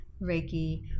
Reiki